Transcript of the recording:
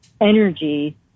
energy